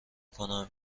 کنم